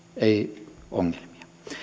ei ongelmia